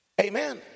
amen